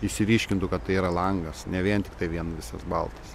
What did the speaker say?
išsiryškintų kad tai yra langas ne vien tiktai vien visas baltas